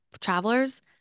travelers